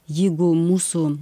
jeigu mūsų